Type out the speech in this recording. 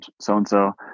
so-and-so